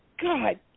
god